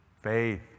faith